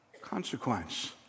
consequence